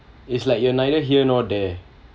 it's like you're neither here nor there